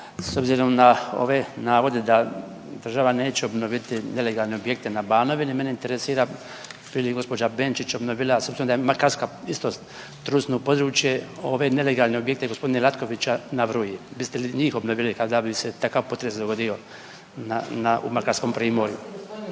s obzirom na ove navode da država neće obnoviti nelegalne objekte na Banovini mene interesira bi li gospođa Benčić s obzirom da je Makarska isto trusno područje ove nelegalne objekte gospodina Latkovića na Vruji, biste li njih obnovili kada bi se takav potres dogodio na, na, u makarskom primorju.